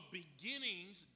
beginnings